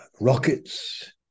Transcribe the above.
rockets